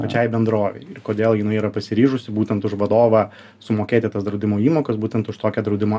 pačiai bendrovei ir kodėl jinai yra pasiryžusi būtent už vadovą sumokėti tas draudimo įmokas būtent už tokią draudimo